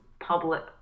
public